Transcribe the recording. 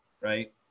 right